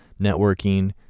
networking